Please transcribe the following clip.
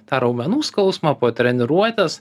tą raumenų skausmą po treniruotės